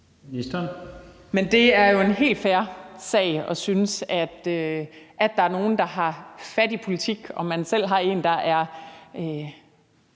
Det er jo en helt fair sag at synes, at der er nogen, der har en fattig politik, og at man selv har en, der er